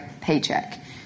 paycheck